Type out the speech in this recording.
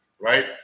right